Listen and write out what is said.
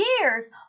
years